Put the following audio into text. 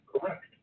Correct